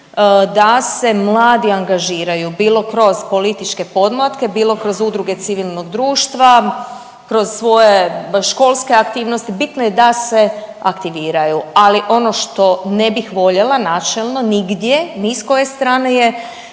da se mladi angažiraju bilo kroz političke podmlatke, bilo kroz udruge civilnog društva, kroz svoje školske aktivnosti, bitno je da se aktiviraju. Ali ono to ne bih voljela načelno nigdje ni s koje strane je